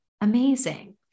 Amazing